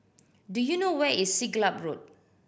do you know where is Siglap Road